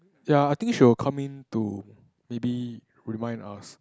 ya I think she'll come in to maybe remind us